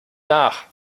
nach